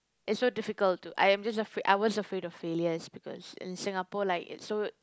it's so difficult to I'm just afraid I was afraid of failures because in Singapore like it's so